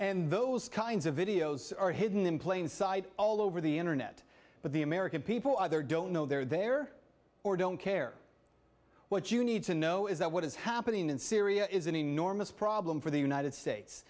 and those kinds of videos are hidden in plain sight all over the internet but the american people either don't know they're there or don't care what you need to know is that what is happening in syria is an enormous problem for the united states